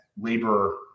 labor